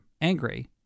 angry